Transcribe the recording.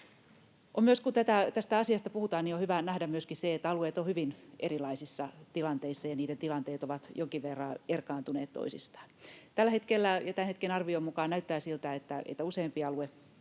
Kun tästä asiasta puhutaan, on hyvä nähdä myöskin se, että alueet ovat hyvin erilaisissa tilanteissa ja niiden tilanteet ovat jonkin verran erkaantuneet toisistaan. Tällä hetkellä ja tämän hetken arvion mukaan näyttää siltä, että useampi alue